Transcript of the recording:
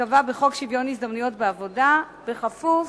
ייקבע בחוק שוויון ההזדמנויות בעבודה בכפוף